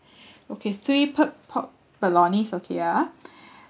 okay three por~ pork bolognese okay ya